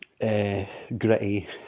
gritty